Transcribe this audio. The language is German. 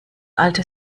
alte